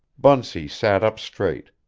bunsey sat up straight.